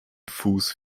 fuß